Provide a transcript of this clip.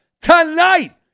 tonight